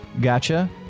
Gotcha